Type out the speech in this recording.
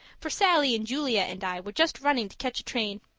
for sallie and julia and i were just running to catch a train.